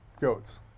goats